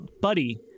buddy